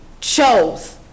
chose